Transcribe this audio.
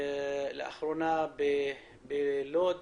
לאחרונה היה גם בלוד מקרה.